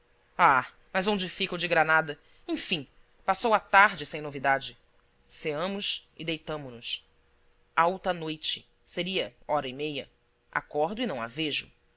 ah mas onde fica o de granada enfim passou a tarde sem novidade ceamos e deitamo nos alta noite seria hora e meia acordo e não a vejo